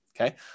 okay